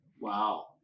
Wow